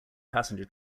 passenger